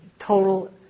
total